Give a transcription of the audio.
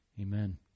amen